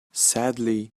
sadly